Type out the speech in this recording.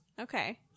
Okay